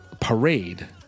parade